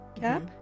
cap